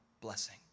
Blessing